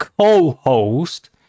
co-host